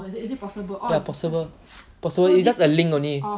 ya it's possible it's just a link only